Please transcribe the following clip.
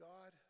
God